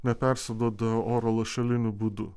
nepersiduoda oro lašeliniu būdu